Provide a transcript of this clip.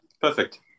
perfect